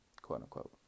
quote-unquote